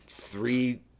three